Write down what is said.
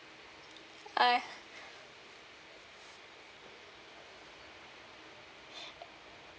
I